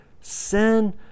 sin